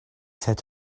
said